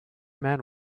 man